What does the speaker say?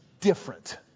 different